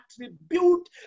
attribute